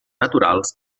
naturals